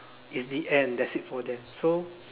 it's the end that's it for them so